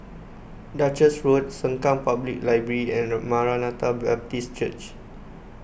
Duchess Road Sengkang Public Library and Maranatha Baptist Church